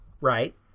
Right